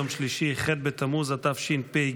יום שלישי ח' בתמוז התשפ"ג,